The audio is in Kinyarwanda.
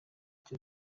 cya